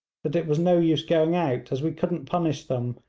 that it was no use going out as we couldn't punish them,